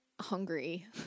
hungry